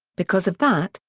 because of that,